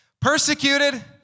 Persecuted